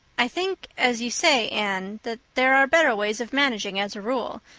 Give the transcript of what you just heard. i think, as you say, anne, that there are better ways of managing as a rule,